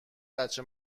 بچه